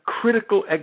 critical